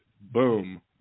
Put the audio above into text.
Boom